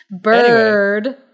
Bird